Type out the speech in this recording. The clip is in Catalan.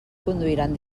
conduiran